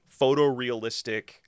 photorealistic